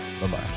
Bye-bye